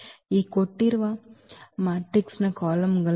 ಈ ಕೊಟ್ಟಿರುವ ಮ್ಯಾಟ್ರಿಕ್ಸ್ನ ಕಾಲಮ್ಗಳು ಇವು